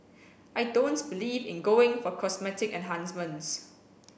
I don't believe in going for cosmetic enhancements